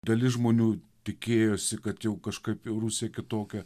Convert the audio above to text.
dalis žmonių tikėjosi kad jau kažkaip jau rusija kitokia